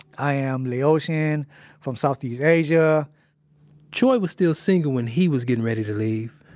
i am laotian from southeast asia choy was still single when he was getting ready to leave.